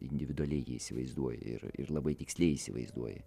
individualiai jį įsivaizduoji ir ir labai tiksliai įsivaizduoji